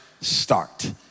start